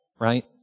right